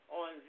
on